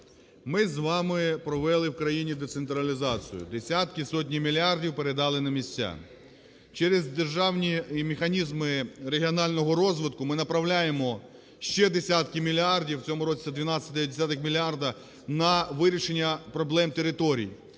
Ми з вами провели в країні децентралізацію. Десятки, сотні мільярдів передали на місця. через державні і механізми регіонального розвитку ми направляємо ще десятки мільярдів, в цьому році це 12,9 мільярда, на вирішення проблем територій.